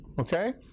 okay